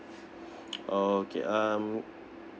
okay um